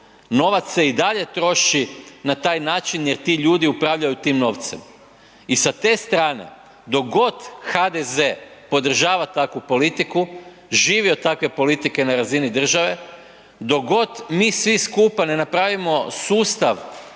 novac se i dalje troši na taj način jer ti ljudi upravljaju tim novcem. I sa te strane dok god HDZ podržava takvu politiku, živi od takve politike na razini države, dok god mi svi skupa ne napravimo sustav